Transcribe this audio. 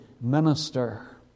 minister